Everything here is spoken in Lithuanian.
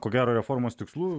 ko gero reformos tikslų